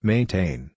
Maintain